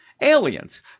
aliens